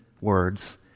words